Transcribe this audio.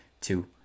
two